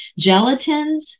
Gelatins